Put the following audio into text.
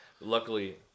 Luckily